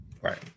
right